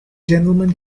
gentleman